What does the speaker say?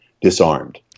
disarmed